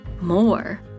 more